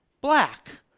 black